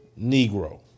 Negro